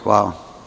Hvala.